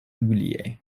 julie